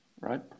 right